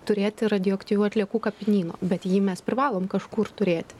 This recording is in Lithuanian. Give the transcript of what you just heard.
turėti radioaktyvių atliekų kapinyno bet jį mes privalom kažkur turėti